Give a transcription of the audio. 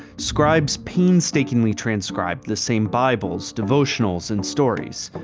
scribes painstakingly transcribed the same bibles, devotionals, and stories.